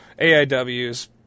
AIW's